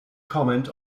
comment